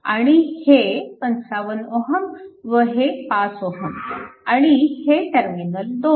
आणि हे 55 Ω व हे 5 Ω आणि हे टर्मीनल 2